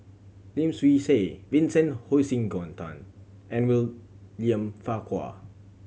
Lim Swee Say Vincent Hoisington and William Farquhar